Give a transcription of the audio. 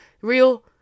Real